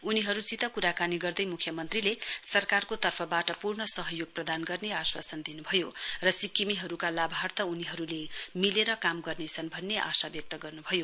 उनीहरुसित कुराकानी गर्दै मुख्यमन्त्रीले सरकारको तर्फवाट पूर्ण सहयोग प्रदान गर्ने आश्वासन दिनुभयो र सिक्किमेहरुका लाभार्थ उनीहरुले मिलेर काम गर्नेछन् भन्ने आशा व्यक्त गर्नुभयो